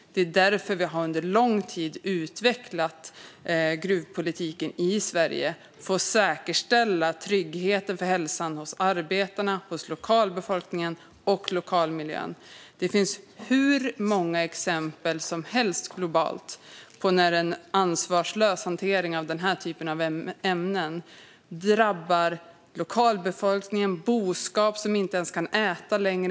Vi har därför under lång tid utvecklat gruvpolitiken i Sverige för att säkerställa trygghet för hälsan hos arbetare, lokalbefolkning och lokalmiljö. Globalt finns det hur många exempel som helst på när en ansvarslös hantering av denna typ av ämnen drabbar lokalbefolkning och till exempel boskap inte ens kan äta längre.